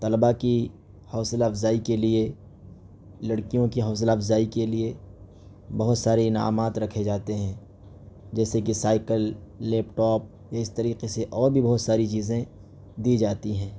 طلباء کی حوصلہ افزائی کے لیے لڑکیوں کی حوصلہ افزائی کے لیے بہت سارے انعامات رکھے جاتے ہیں جیسے کہ سائیکل لیپ ٹاپ اس طریقے سے اور بھی بہت ساری چیزیں دی جاتی ہیں